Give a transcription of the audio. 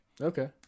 Okay